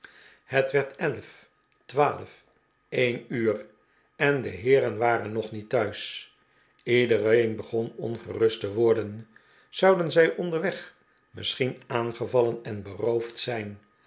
het werd elf twaalf een uur en de heeren waren nog niet thuis iedereen begon ongerust te worden zouden zij onderweg misschien aangevallen en beroofd zijn